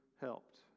helped